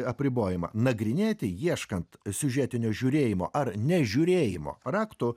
apribojimą nagrinėti ieškant siužetinio žiūrėjimo ar ne žiūrėjimo rakto